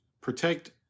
protect